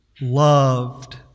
loved